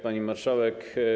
Pani Marszałek!